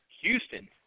Houston